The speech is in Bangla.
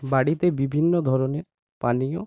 বাড়িতে বিভিন্ন ধরনের পানীয়